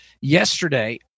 yesterday